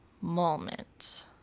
moment